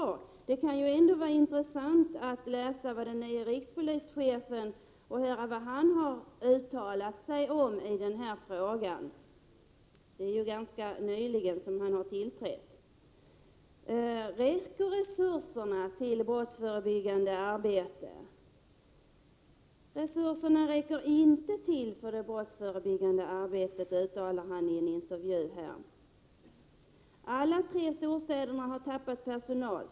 Men det kan ändå vara intressant att läsa vad den nya rikspolischefen har uttalat om denna fråga. Han tillträdde ganska nyligen. ”Men resurserna räcker inte till för det brottsförebyggande arbetet”, uttalar rikspolischefen i en intervju. ”Alla tre storstäderna har tappat personal.